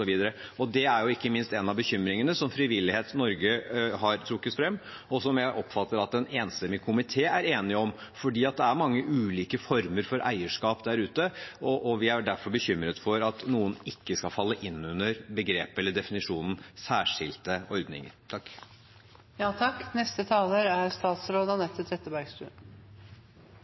en av bekymringene som Frivillighet Norge har trukket fram, og som jeg oppfatter at en enstemmig komité er enig om, for det er mange ulike former for eierskap der ute, og vi er derfor bekymret for at noen ikke skal falle inn under definisjonen «særskilte tilfeller». Det blir ikke mer sant at proposisjonen er